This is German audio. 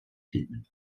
themen